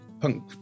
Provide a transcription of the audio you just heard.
punk